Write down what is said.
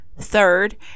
Third